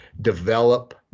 develop